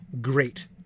Great